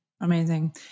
Amazing